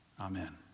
Amen